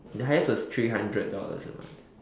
the highest was three hundred dollars a month